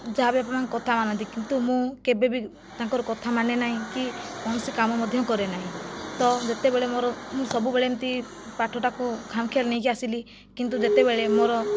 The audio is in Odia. ଯାହାବି ଆପଣ କଥା ମାନନ୍ତି କିନ୍ତୁ ମୁଁ କେବେବି ତାଙ୍କର କଥା ମାନେ ନାହିଁ କି କୌଣସି କାମ ମଧ୍ୟ କରେ ନାହିଁ ତ ଯେତେବେଳେ ମୋର ମୁଁ ସବୁବେଳେ ଏମିତି ପାଠଟାକୁ ଖାମଖିଆଲି ନେଇକି ଆସିଲି କିନ୍ତୁ ଯେତେବେଳେ ମୋର